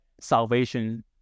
salvation